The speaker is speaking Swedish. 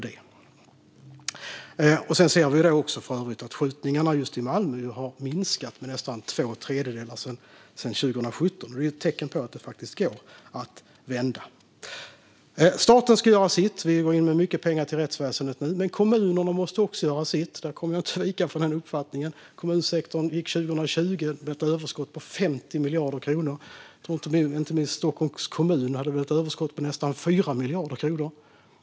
För övrigt ser vi att skjutningarna just i Malmö har minskat med nästan två tredjedelar sedan 2017, och det är ett tecken på att det faktiskt går att vända. Staten ska göra sitt. Vi går in med mycket pengar till rättsväsendet nu, men kommunerna måste också göra sitt. Jag kommer inte att vika från den uppfattningen. Kommunsektorn gick under 2020 med ett överskott på 50 miljarder kronor. Stockholms kommun hade väl ett överskott på nästan 4 miljarder kronor.